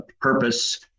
Purpose